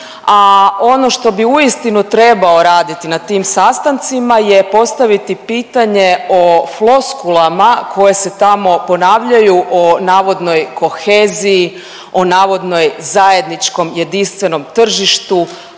ono što bi uistinu trebao raditi na tim sastancima je postaviti pitanje o floskulama koje se tamo ponavljaju o navodnoj koheziji, o navodnoj zajedničkom jedinstvenom tržištu,